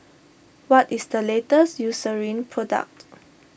what is the latest Eucerin product